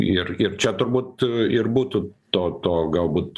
ir ir čia turbūt ir būtų to to galbūt